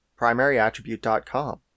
primaryattribute.com